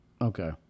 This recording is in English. Okay